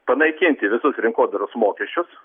panaikinti visus rinkodaros mokesčius